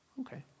Okay